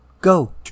Go